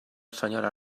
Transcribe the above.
senyora